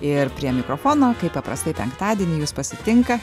ir prie mikrofono kaip paprastai penktadienį jus pasitinka